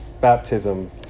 baptism